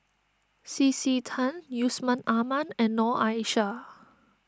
C C Tan Yusman Aman and Noor Aishah